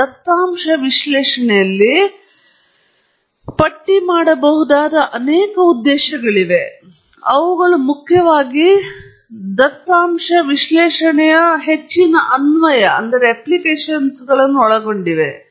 ಮತ್ತು ದತ್ತಾಂಶ ವಿಶ್ಲೇಷಣೆಯಲ್ಲಿ ಒಂದು ಪಟ್ಟಿ ಮಾಡಬಹುದಾದ ಅನೇಕ ಉದ್ದೇಶಗಳಿವೆ ಆದರೆ ಅವುಗಳು ಮುಖ್ಯವಾಗಿ ದತ್ತಾಂಶ ವಿಶ್ಲೇಷಣೆಯ ಹೆಚ್ಚಿನ ಅನ್ವಯಗಳನ್ನು ಒಳಗೊಂಡಿವೆ